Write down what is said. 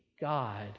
God